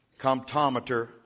comptometer